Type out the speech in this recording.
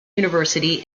university